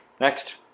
Next